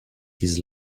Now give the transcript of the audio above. his